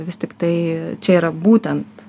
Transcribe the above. vis tiktai čia yra būtent